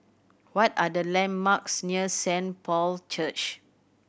what are the landmarks near Saint Paul Church